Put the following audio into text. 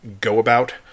go-about